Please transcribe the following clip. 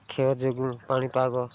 କ୍ଷୟ ଯୋଗୁଁ ପାଣିପାଗ